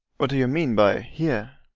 what do you mean by here?